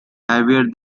heavier